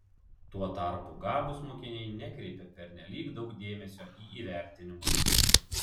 tuo tarpu gabūs mokiniai nekreipia pernelyg daug dėmesio į įvertinimus